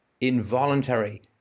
involuntary